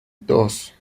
dos